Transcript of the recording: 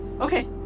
Okay